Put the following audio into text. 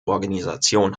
organisation